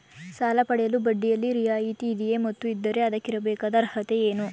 ಸಾಲ ಪಡೆಯಲು ಬಡ್ಡಿಯಲ್ಲಿ ರಿಯಾಯಿತಿ ಇದೆಯೇ ಮತ್ತು ಇದ್ದರೆ ಅದಕ್ಕಿರಬೇಕಾದ ಅರ್ಹತೆ ಏನು?